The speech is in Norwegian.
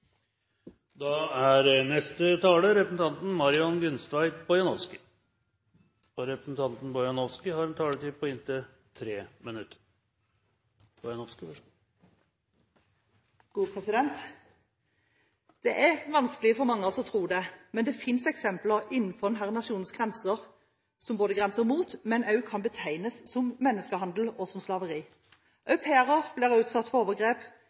har en taletid på inntil 3 minutter. Det er vanskelig for mange å tro det, men det finnes eksempler innenfor denne nasjonens grenser som både grenser mot og kan betegnes som menneskehandel og slaveri. Au pairer blir utsatt for overgrep,